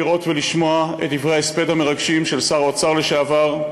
לראות ולשמוע את דברי ההספד המרגשים של שר האוצר לשעבר,